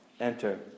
enter